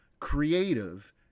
creative